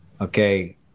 okay